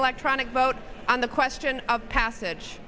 electronic vote on the question of passage